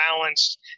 balanced